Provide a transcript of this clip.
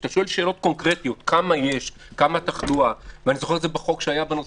כשאתה שואל שאלות קונקרטיות כמו כמה תחלואה יש כשרצו להפעיל